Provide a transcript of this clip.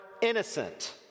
innocent